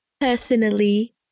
personally